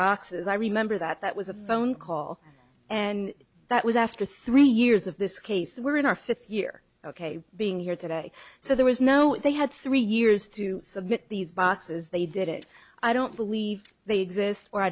boxes i remember that that was a bone call and that was after three years of this case we're in our fifth year ok being here today so there was no they had three years to submit these boxes they did it i don't believe they exist or i